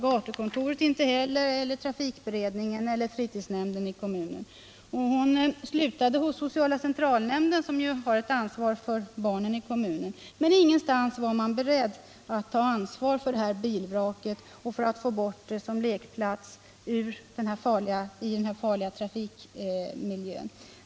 Det hade inte heller gatukontoret, trafikföreningen eller fritidsnämnden i kommunen. Hon slutade hos sociala centralnämnden, som ju har ett ansvar för barnen i kommunen. Men ingenstans var man beredd att ta ansvar för att få bort det här bilvraket som lekplats i den farliga trafikmiljön.